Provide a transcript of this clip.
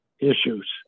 issues